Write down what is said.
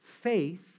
faith